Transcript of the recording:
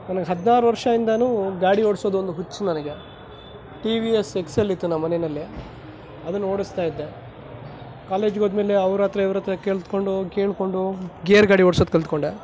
ನನಗೆ ಹದಿನಾರು ವರ್ಷಯಿಂದನು ಗಾಡಿ ಓಡಿಸೋದು ಒಂದು ಹುಚ್ಚು ನನಗೆ T V S X L ಇತ್ತು ನಮ್ಮ ಮನೆಯಲ್ಲಿ ಅದನ್ನು ಓಡಿಸ್ತಾಯಿದ್ದೆ ಕಾಲೆಜ್ಗೋದ್ಮೇಲೆ ಅವ್ರ ಹತ್ರ ಇವ್ರ ಹತ್ರ ಕಲ್ತ್ಕೊಂಡು ಕೇಳಿಕೊಂಡು ಗೇರ್ ಗಾಡಿ ಓಡ್ಸೋದು ಕಲ್ತ್ಕೊಂಡೆ